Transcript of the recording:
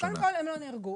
קודם כל הם לא נעלמו,